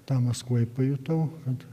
tą maskvoj pajutau kad